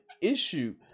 issue